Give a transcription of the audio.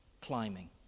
climbing